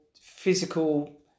physical